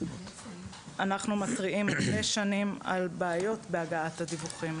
אנחנו מתריעים הרבה שנים על בעיות בהגעת הדיווחים.